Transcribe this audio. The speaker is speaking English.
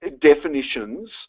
Definitions